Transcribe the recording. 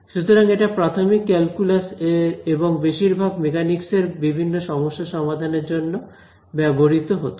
সুতরাং এটি প্রাথমিক ক্যালকুলাস এবং বেশিরভাগ মেকানিকস এর বিভিন্ন সমস্যা সমাধানের জন্য ব্যবহৃত হতো